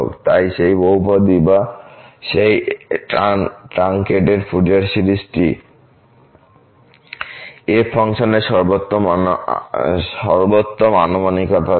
তাই সেই বহুপদী বা সেই ট্রানকেটেড ফুরিয়ার সিরিজটি f ফাংশনের সর্বোত্তম আনুমানিকতা দেবে